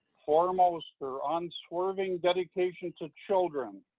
foremost, her ah unswerving dedication to children,